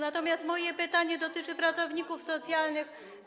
Natomiast moje pytanie dotyczy pracowników socjalnych.